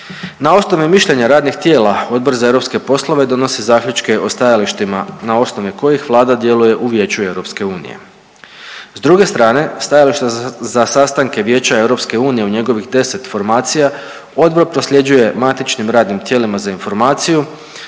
Na osnovi mišljenja radnih tijela Odbor za europske poslove donosi zaključke o stajalištima na osnovi kojih Vlada djeluje u Vijeću EU. S druge strane stajališta za sastanke Vijeća EU u njegovih 10 formacija odbor prosljeđuje matičnim radnim tijelima za informaciju